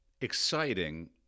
exciting